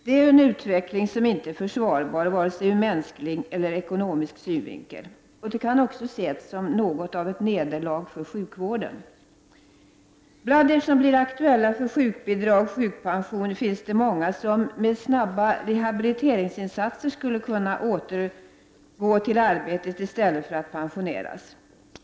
Denna utveckling är inte försvarbar vare sig ur mänsklig eller ur ekonomisk synvinkel. Den kan också ses som ett nederlag för sjukvården. Bland dem som blir aktuella för sjukbidrag och sjukpension finns många som med snabba rehabiliteringsinsatser skulle kunna återgå till arbetet i stället för att pensioneras.